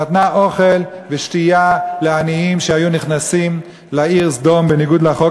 נתנה אוכל ושתייה לעניים שהיו נכנסים לעיר סדום בניגוד לחוק,